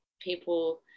people